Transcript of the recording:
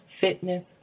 Fitness